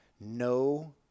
No